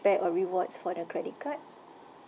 back or rewards for the credit card